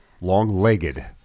long-legged